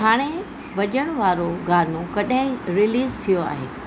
हाणे वॼणु वारो गानो कॾहिं रिलीज़ थियो आहे